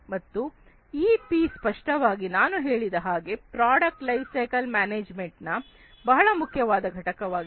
ಮತ್ತೆ ಈ ಪಿ ಸ್ಪಷ್ಟವಾಗಿ ನಾನು ಹೇಳಿದ ಹಾಗೆ ಪ್ರಾಡಕ್ಟ್ ಲೈಫ್ ಸೈಕಲ್ ಮ್ಯಾನೇಜ್ಮೆಂಟ್ ನ ಬಹಳ ಮುಖ್ಯವಾದ ಘಟಕವಾಗಿದೆ